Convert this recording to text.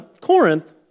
Corinth